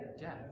Death